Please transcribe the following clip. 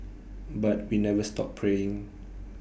but we never stop praying